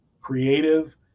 creative